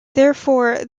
therefore